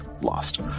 lost